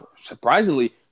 surprisingly